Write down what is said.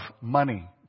money